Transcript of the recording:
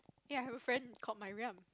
ya I have a friend called Mariam